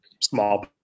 small